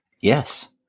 Yes